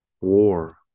war